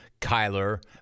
Kyler